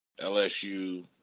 LSU